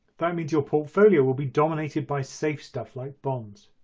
that means your portfolio will be dominated by safe stuff like bonds.